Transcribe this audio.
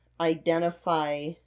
identify